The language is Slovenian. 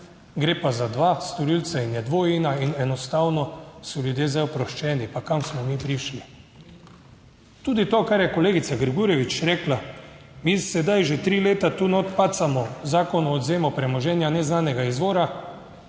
gre pa za dva storilca in je dvojina. In enostavno so ljudje zdaj oproščeni pa kam smo mi prišli? Tudi to, kar je kolegica Grgurevič rekla, mi sedaj že tri leta tu notri pacamo Zakon o odvzemu premoženja neznanega izvora.